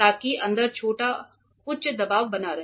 ताकि अंदर छोटा उच्च दबाव बना रहे